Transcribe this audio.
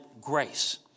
grace